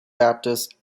baptist